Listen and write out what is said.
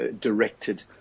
directed